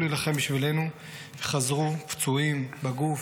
להילחם בשבילנו וחזרו פצועים בגוף,